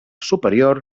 superior